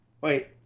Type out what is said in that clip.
wait